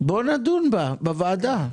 בוא נדון בה, בוועדה.